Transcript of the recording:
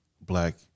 black